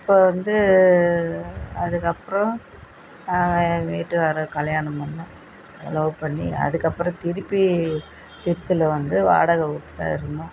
இப்போ வந்து அதுக்கப்புறம் நான் என் வீட்டுக்காரரை கல்யாணம் பண்ணிணேன் லவ் பண்ணி அதுக்கப்புறம் திருப்பி திருச்சியில் வந்து வாடகை வீட்ல இருந்தோம்